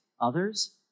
others